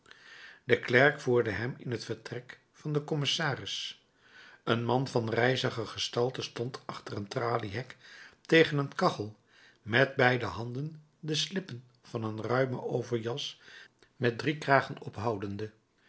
de klerk voerde hem in het vertrek van den commissaris een man van rijzige gestalte stond achter een traliehek tegen een kachel met beide handen de slippen van een ruime overjas met drie kragen ophoudende